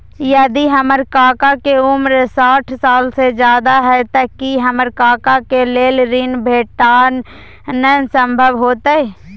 यदि हमर काका के उमर साठ साल से ज्यादा हय त की हमर काका के लेल ऋण भेटनाय संभव होतय?